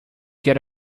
get